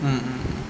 mm mm mm